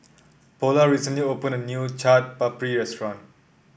paula recently opened a new Chaat Papri restaurant